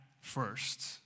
first